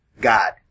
God